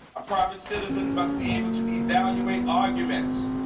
a private citizen must be able to evaluate arguments.